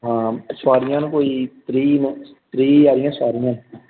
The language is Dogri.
हां सवारियां न कोई त्रीह् न त्रीह् हारियां सवारियां न